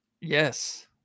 Yes